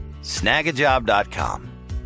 Snagajob.com